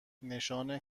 نشان